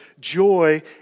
joy